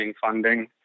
funding